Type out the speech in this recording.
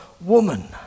woman